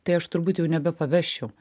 tai aš turbūt jau nebepavežčiau